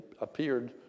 appeared